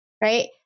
right